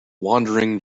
wandering